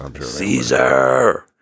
Caesar